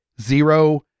zero